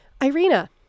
Irina